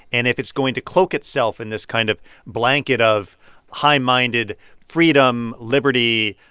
and if it's going to cloak itself in this kind of blanket of high-minded freedom, liberty.